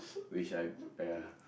which I uh ya